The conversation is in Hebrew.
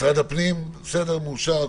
משרד הפנים, זה בסדר, זה מאושר?